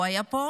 הוא היה פה.